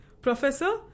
Professor